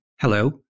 Hello